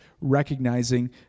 recognizing